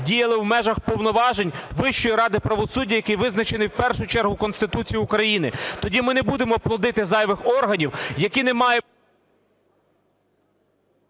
діяли в межах повноважень Вищої ради правосуддя, який визначений, в першу чергу, Конституцією України. Тоді ми не будемо плодити зайвих органів, які не мають…